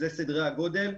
אלה סדרי הגודל.